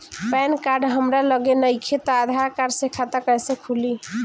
Pan card हमरा लगे नईखे त आधार कार्ड से खाता कैसे खुली?